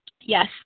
yes